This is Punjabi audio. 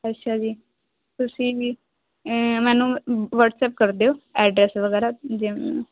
ਅੱਛਾ ਜੀ ਤੁਸੀਂ ਵੀ ਮੈਨੂੰ ਵੱਟਸਐਪ ਕਰ ਦਿਓ ਐਡਰੈਸ ਵਗੈਰਾ